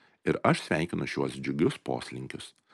ir aš sveikinu šiuos džiugius poslinkius